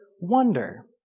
wonder